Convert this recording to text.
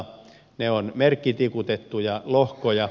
ne ovat merkkitikutettuja lohkoja